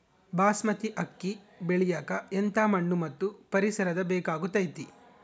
ಬಾಸ್ಮತಿ ಅಕ್ಕಿ ಬೆಳಿಯಕ ಎಂಥ ಮಣ್ಣು ಮತ್ತು ಪರಿಸರದ ಬೇಕಾಗುತೈತೆ?